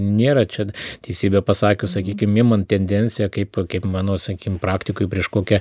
nėra čia teisybę pasakius sakykim imant tendenciją kaip kaip mano sakykim praktikoj prieš kokią